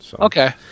Okay